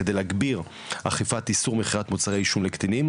כדי להגביר אכיפת איסור מכירת מוצרי עישון לקטינים